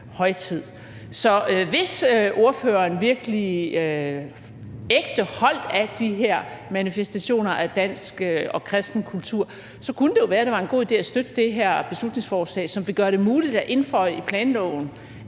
Så hvis ordføreren virkelig ægte holdt af de her manifestationer af dansk og kristen kultur, så kunne det jo være, at det var en god idé at støtte det her beslutningsforslag, som vil gøre det muligt at indføje i planloven,